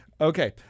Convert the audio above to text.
Okay